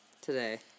Today